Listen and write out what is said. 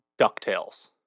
ducktales